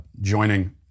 joining